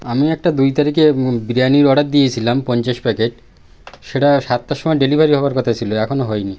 আমি একটা দুই তারিখে বিরিয়ানির অর্ডার দিয়েছিলাম পঞ্চাশ প্যাকেট সেটা সাতটার সময় ডেলিভারি হওয়ার কথা ছিল এখনও হয়নি